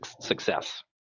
success